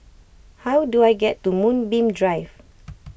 how do I get to Moonbeam Drive